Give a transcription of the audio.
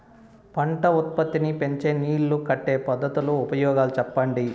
పంట ఉత్పత్తి నీ పెంచే నీళ్లు కట్టే పద్ధతుల ఉపయోగాలు చెప్పండి?